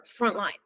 frontline